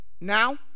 Now